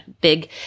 big